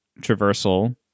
traversal